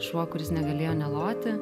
šuo kuris negalėjo neloti